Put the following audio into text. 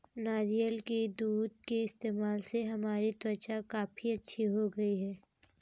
नारियल के दूध के इस्तेमाल से हमारी त्वचा काफी अच्छी हो गई है